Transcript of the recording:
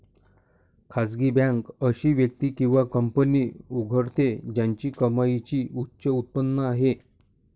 खासगी बँक अशी व्यक्ती किंवा कंपनी उघडते ज्याची कमाईची उच्च उत्पन्न आहे